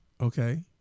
Okay